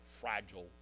fragile